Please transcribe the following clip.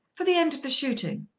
for the end of the shooting.